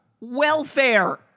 Welfare